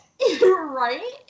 Right